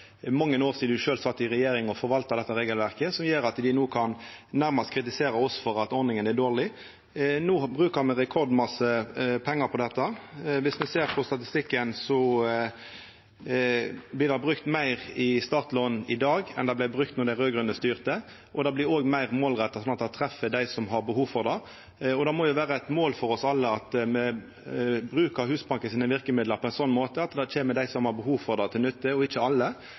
mange år sidan dei sjølve sat i regjering og forvalta dette regelverket, at dei no nærmast kan kritisera oss for at ordninga er dårleg. No brukar me rekordmykje pengar på dette. Viss me ser på statistikken, blir det brukt meir i startlån i dag enn det vart brukt då dei raud-grøne styrte. Det er òg meir målretta, slik at det treffer dei som har behov for det. Det må vera eit mål for oss alle at me brukar Husbankens verkemiddel på ein slik måte at det kjem dei som har behov for det, til nytte, og ikkje alle.